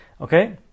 okay